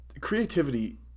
Creativity